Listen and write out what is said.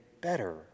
better